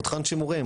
פותחן שימורים,